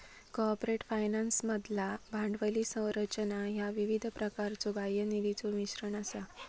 corporate फायनान्समधला भांडवली संरचना ह्या विविध प्रकारच्यो बाह्य निधीचो मिश्रण असा